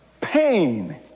pain